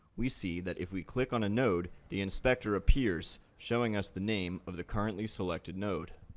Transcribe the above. we see that if we click on a node, the inspector appears, showing us the name of the currently selected node.